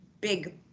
big